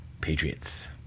Patriots